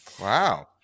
Wow